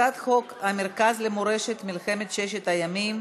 הצעת חוק המרכז למורשת מלחמת ששת הימים,